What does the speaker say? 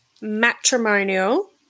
matrimonial